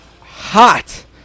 hot